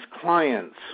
clients